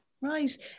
right